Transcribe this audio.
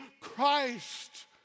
Christ